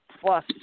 plus